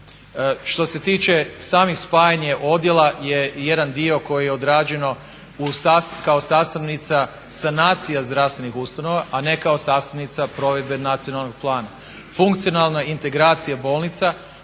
Što se tiče samih spajanja odjela je jedan dio koji je odrađeno kao sastavnica sanacija zdravstvenih ustanova, a ne kao sastavnica provedbe Nacionalnog plana. Funkcionalna integracija bolnica